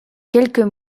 quelques